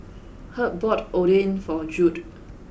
Herb bought Oden for Jude